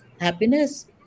Happiness